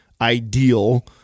ideal